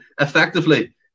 effectively